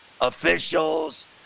officials